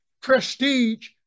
prestige